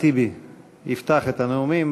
את הנאומים.